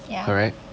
ya